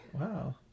Wow